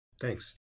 thanks